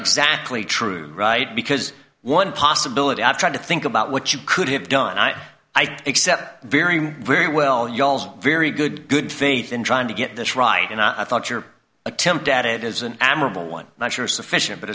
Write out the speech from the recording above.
exactly true right because one possibility of trying to think about what you could have done i accept very very well you all very good good faith in trying to get this right and i thought your attempt at it is an admirable one not sure sufficient but